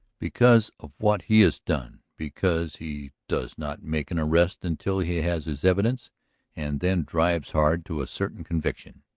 because of what he has done, because he does not make an arrest until he has his evidence and then drives hard to a certain conviction,